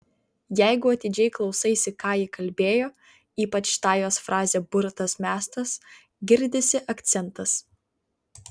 jeigu atidžiai klausaisi ką ji kalbėjo ypač tą jos frazę burtas mestas girdisi akcentas